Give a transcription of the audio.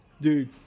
Dude